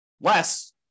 Less